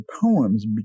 poems